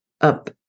up